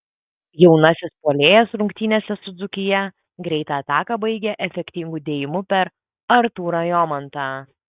jaunasis puolėjas rungtynėse su dzūkija greitą ataką baigė efektingu dėjimu per artūrą jomantą